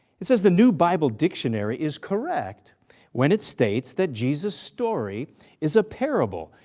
it says the new bible dictionary is correct when it states that jesus' story is a parable,